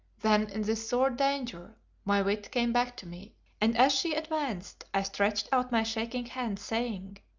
then in this sore danger my wit came back to me and as she advanced i stretched out my shaking hand, saying